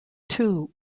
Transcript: two